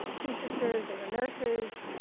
two sisters they were nurses.